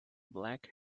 black